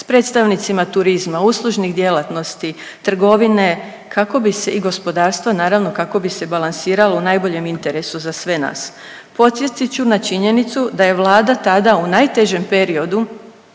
sa predstavnicima turizma, uslužnih djelatnosti, trgovine kako bi se i gospodarstva naravno kako bi se balansiralo u najboljem interesu za sve nas. Podsjetit ću na činjenicu da je Vlada tada u najtežem periodu